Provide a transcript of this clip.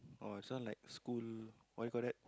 oh this one like school what you call that